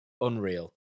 unreal